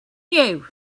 you